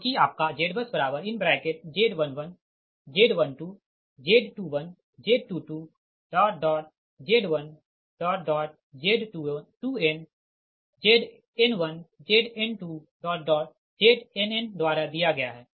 जो कि आपका ZBUSZ11 Z12 Z21 Z22 Z1n Z2n Zn1 Zn2 Znn द्वारा दिया गया है